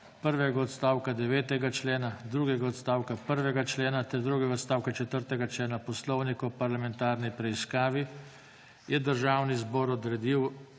prvega odstavka 9. člena, drugega odstavka 1. člena ter drugega odstavka 4. člena Poslovnika o parlamentarni preiskavi je Državni zbor odredil